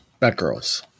Batgirls